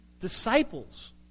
disciples